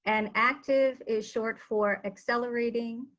and activ is short for accelerating